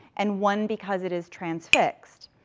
and one because it is transfixed,